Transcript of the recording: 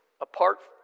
apart